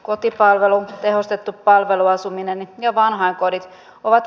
kotipalvelu tehostettu palveluasuminen ja vanhainkodit ovat